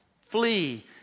Flee